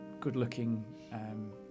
good-looking